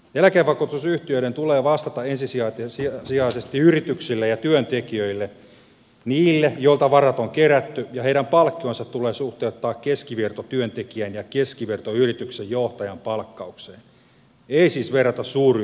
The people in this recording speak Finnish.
eläkevakuutusyhtiöiden tulee vastata ensisijaisesti yrityksille ja työntekijöille niille joilta varat on kerätty ja heidän palkkionsa tulee suhteuttaa keskivertotyöntekijän ja keskivertoyrityksen johtajan palkkaukseen ei siis verrata suuryhtiöiden johtoon